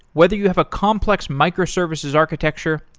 whether you have a complex microservices architecture,